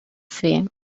fer